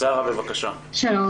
שלום.